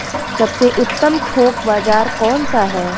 सबसे उत्तम थोक बाज़ार कौन सा है?